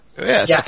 yes